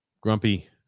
Grumpy